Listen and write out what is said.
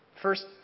First